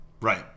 Right